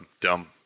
dumb